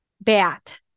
bat